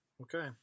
Okay